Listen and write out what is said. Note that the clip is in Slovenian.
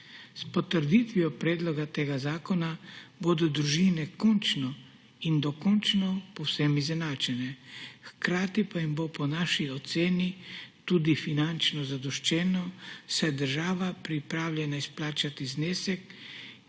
S potrditvijo predloga tega zakona bodo družine končno in dokončno povsem izenačene, hkrati pa jim bo ponaši oceni tudi finančno zadoščeno, saj je država pripravljena izplačati znesek,